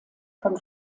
von